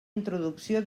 introducció